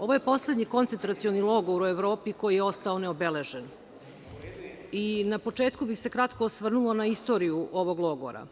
Ovo je poslednji koncetracioni logor u Evropi koji je ostao neobeležen i na početku bih se kratko osvrnula na istoriju ovog logora.